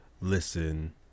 listen